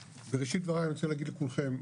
בראשית דבריי אני רוצה להגיד לכולכם,